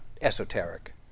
esoteric